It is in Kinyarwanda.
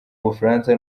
bufaransa